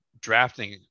drafting